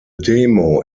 demo